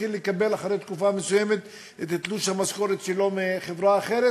מתחיל לקבל אחרי תקופה מסוימת את תלוש המשכורת שלו מחברה אחרת,